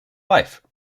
life